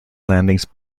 landings